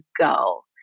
go